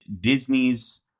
Disney's